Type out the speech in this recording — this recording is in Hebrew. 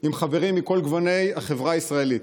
עם חברים מכל גווני החברה הישראלית.